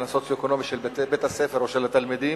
הסוציו-אקונומי של בתי-הספר או של התלמידים,